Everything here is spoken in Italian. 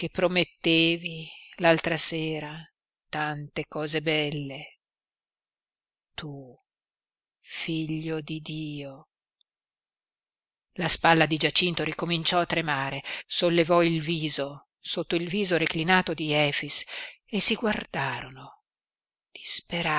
promettevi l'altra sera tante cose belle tu figlio di dio la spalla di giacinto ricominciò a tremare sollevò il viso sotto il viso reclinato di efix e si guardarono